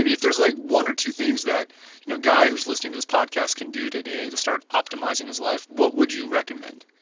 if there's like one or two things that a you know guy who's listening to this podcast can do today to start optimizing his life, what would you recommend?